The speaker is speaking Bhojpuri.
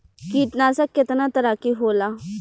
कीटनाशक केतना तरह के होला?